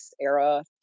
era